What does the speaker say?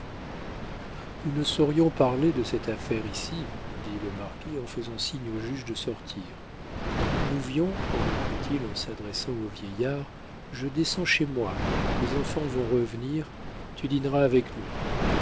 nous ne saurions parler de cette affaire ici dit le marquis en faisant signe au juge de sortir nouvion reprit-il en s'adressant au vieillard je descends chez moi mes enfants vont revenir tu dîneras avec nous